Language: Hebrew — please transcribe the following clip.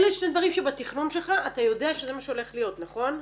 אלה שני דברים שבתכנון שלך אתה יודע שזה מה שהולך להיות נכון?